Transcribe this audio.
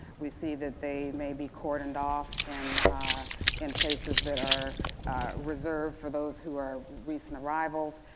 we see that they may be cordoned off and in places that are reserved for those who are recent arrivals.